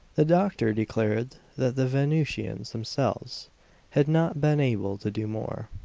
the doctor declared that the venusians themselves had not been able to do more.